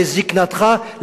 לזיקנתך,